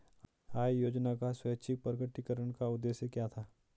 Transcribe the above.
आय योजना का स्वैच्छिक प्रकटीकरण का उद्देश्य क्या था?